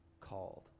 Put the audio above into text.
called